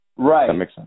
Right